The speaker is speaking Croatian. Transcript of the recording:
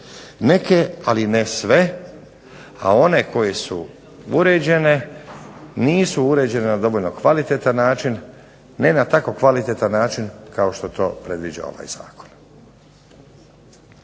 Neke, ali ne sve, a one koje su uređene nisu uređene na dovoljno kvalitetan način, ne na tako kvalitetan način kao što to predviđa ovaj zakon.